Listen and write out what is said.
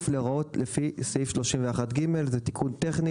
להוראות לפי סעיף 31(ג)"; זה תיקון טכני,